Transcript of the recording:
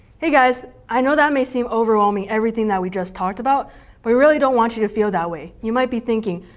hey guys, i know that may seem overwhelming, everything that we just talked about, but we really don't want you to feel that way. you might be thinking,